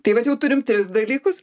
tai vat jau turim tris dalykus